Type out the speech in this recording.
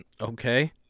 Okay